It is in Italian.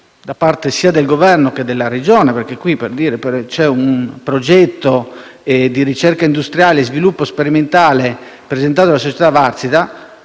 da parte del Governo che della Regione. Esiste infatti un progetto di ricerca industriale e sviluppo sperimentale presentato dalla società Wärtsilä